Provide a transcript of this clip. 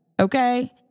Okay